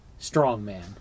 strongman